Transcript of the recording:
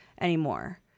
anymore